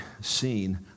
seen